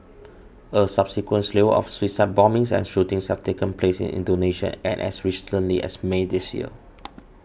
a subsequent slew of suicide bombings and shootings have taken place in Indonesia and as recently as May this year